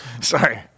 Sorry